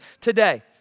today